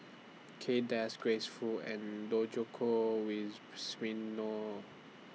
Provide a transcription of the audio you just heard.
Kay Das Grace Fu and Djoko